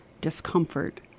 discomfort